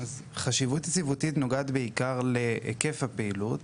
חשיבות יציבותית נוגעת בעיקר להיקף הפעילות,